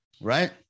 Right